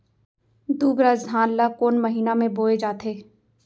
दुबराज धान ला कोन महीना में बोये जाथे?